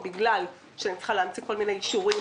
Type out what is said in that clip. בגלל שאני צריכה להמציא כל מיני אישורים,